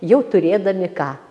jau turėdami ką